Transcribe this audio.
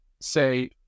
say